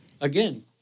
again